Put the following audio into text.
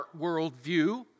worldview